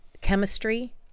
Chemistry